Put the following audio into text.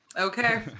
Okay